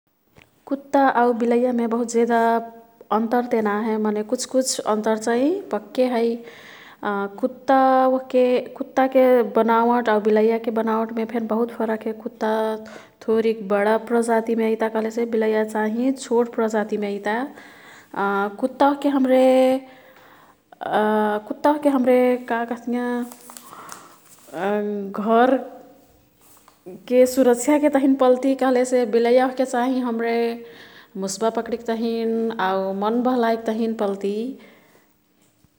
कुत्ता आउ बिलैया मे बहुत जेदा अन्तर ते ना हे मने कुछ्कुछ अन्तर चाई पक्के हाई। कुत्ता वह्के, कुत्ताके बनावट आउ बिलैयाके बनावटमे फेन बहुत फरक हे। कुत्ता थोरिक बडा प्रजातिमे अईता कह्लेसे बिलैया चाहिँ छोट प्रजाति मे अईता। कुत्ता ओह्के हाम्रे कुत्ता ओह्के हाम्रे का कह्तियं घर के सुरक्ष्या के तहिन पल्ति कह्लेसे बिलैया ओह्के चाहिँ हाम्रे मुस्बा पक्रेक तहिन, आउ मन बहलाइक तहिन पल्ति।